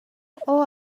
اوه